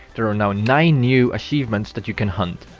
there are now nine new achievements that you can hunt,